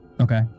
Okay